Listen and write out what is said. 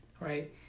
right